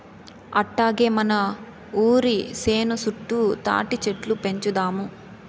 అట్టాగే మన ఒరి సేను చుట్టూ తాటిచెట్లు పెంచుదాము